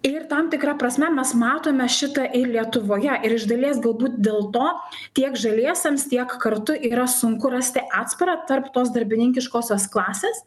ir tam tikra prasme mes matome šitą ir lietuvoje ir iš dalies galbūt dėl to tiek žaliesiems tiek kartu yra sunku rasti atsparą tarp tos darbininkiškosios klasės